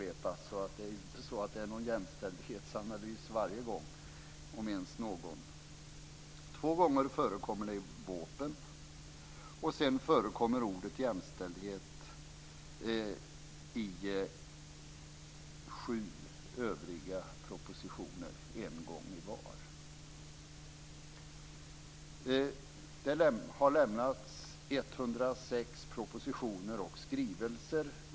Det är ju alltså inte fråga om någon jämställdhetsanalys varje gång, om ens någon. I vårpropositionen förekommer ordet jämställdhet två gånger. Sedan förekommer det i sju övriga propositioner, en gång i varje. Det har avgetts 106 propositioner och skrivelser.